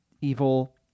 evil